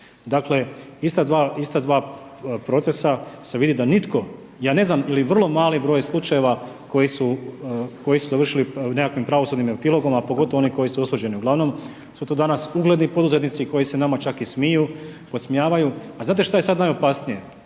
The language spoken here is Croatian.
Dakle ista dva procesa se vidi da nitko, ja ne znam, ili vrlo mali broj slučajevima, koji su završili u nekakvim pravosudnim …/Govornik se ne razumije./… a pogotovo oni koji su osuđeni. Ugl. su to danas ugledni poduzetnici, koji se nama čak i smiju, podsmijavaju, a znate što je sada najopasnije,